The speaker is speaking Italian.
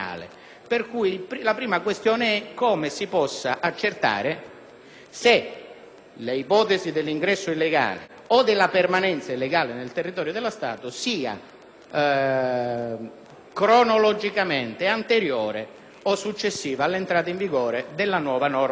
se l'ipotesi dell'ingresso o della permanenza illegale nel territorio dello Stato sia cronologicamente anteriore o successiva all'entrata in vigore della nuova norma incriminatoria.